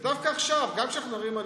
וגם השר אמסלם,